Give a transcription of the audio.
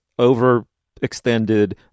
overextended